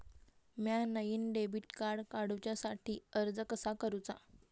म्या नईन debit card काडुच्या साठी अर्ज कसा करूचा?